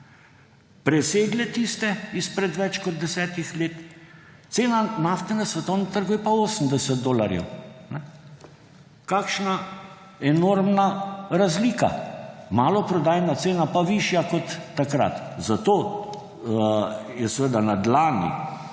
presegle tiste izpred več kot desetih let, cena nafte na svetovnem trgu je pa 80 dolarjev. Kakšna enormna razlika! Maloprodajna cena pa višja kot takrat. Zato je seveda na dlani,